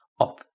up